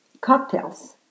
cocktails